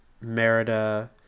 Merida